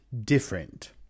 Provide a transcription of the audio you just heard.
different